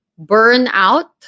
burnout